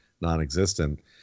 non-existent